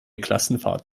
klassenfahrt